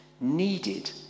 needed